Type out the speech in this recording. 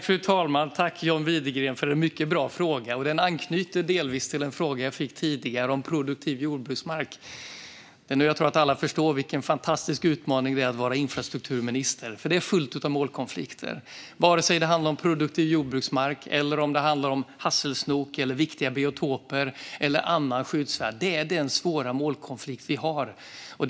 Fru talman! Tack, John Widegren, för en mycket bra fråga! Den anknyter delvis till en fråga som jag fick tidigare, om produktiv jordbruksmark. Jag tror att alla förstår vilken fantastisk utmaning det är att vara infrastrukturminister, för det är fullt av målkonflikter, vare sig det handlar om produktiv jordbruksmark, hasselsnok, viktiga biotoper eller annat skyddsvärt. Det är den svåra målkonflikt som vi har.